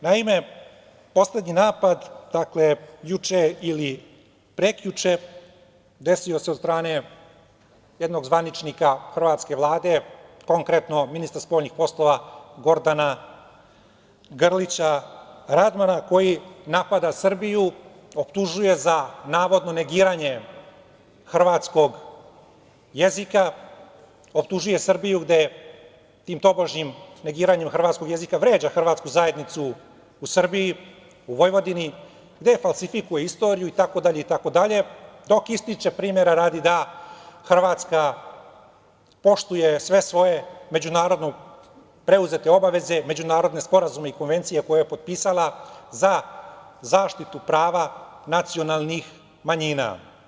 Naime, poslednji napad, juče ili prekjuče, desio se od strane jednog zvaničnika hrvatske vlade, konkretno ministra spoljnih poslova Gordana Grlića Radmana koji napada Srbiju, optužuje za navodno negiranje hrvatskog jezika, optužuje Srbije gde, tim tobožnjim negiranjem hrvatskog jezika vređa hrvatsku zajednicu u Srbiji, u Vojvodini, gde falsifikuje istoriju, itd, itd, dok ističe, primera radi, da Hrvatska poštuje sve svoje međunarodno preuzete obaveze, međunarodne sporazume i konvencije koje je potpisala za zaštitu prava nacionalnih manjina.